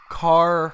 car